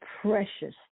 precious